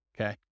Okay